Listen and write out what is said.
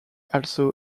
also